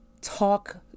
talk